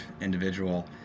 individual